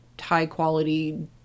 high-quality